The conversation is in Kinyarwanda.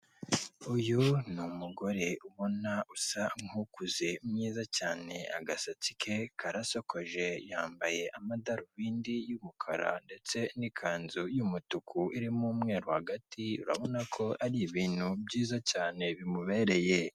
Uyu ni umugore ubona usa nk'ukuze mwiza cyane agasatsi ke karasakoje yambaye amadarubindi y'umukara ndetse n'ikanzu y'umutuku iririmo umweru hagati, urabona ko ari ibintu byiza cyane bimubereye.